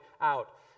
out